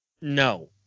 No